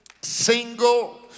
single